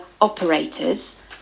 operators